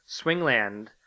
swingland